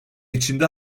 içinde